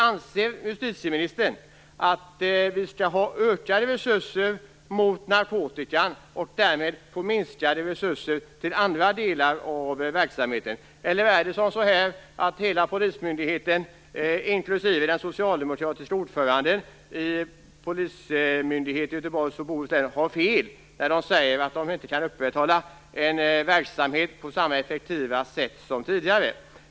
Anser justitieministern att vi skall ha ökade resurser för åtgärder mot narkotikan och att andra delar av verksamheten därmed skall ha minskade resurser? Eller har hela polismyndigheten, inklusive den socialdemokratiske ordföranden vid polismyndigheten i Göteborgs och Bohus län, fel när man säger att man inte kan upprätthålla verksamheten lika effektivt som tidigare?